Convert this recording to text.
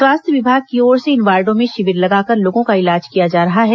स्वास्थ्य विभाग की ओर से इन वार्डों में शिविर लगाकर लोगों का इलाज किया जा रहा है